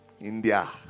India